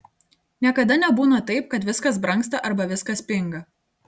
niekada nebūna taip kad viskas brangsta arba viskas pinga